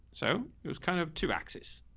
so it was kind of two axes.